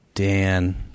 Dan